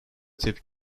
tepki